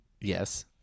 Yes